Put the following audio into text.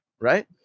right